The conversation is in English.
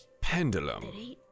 Pendulum